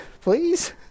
please